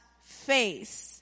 face